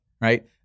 right